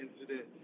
incident